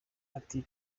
ati